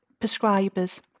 prescribers